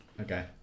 Okay